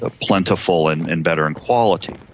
ah plentiful and and better in quality.